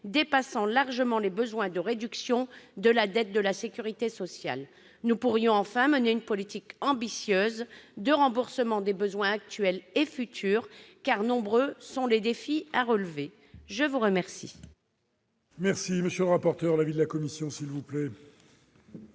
pour combler les besoins de réduction de la dette de la sécurité sociale. Nous pourrions enfin mener une politique ambitieuse de remboursement des besoins actuels et futurs, car nombreux sont les défis à relever. Quel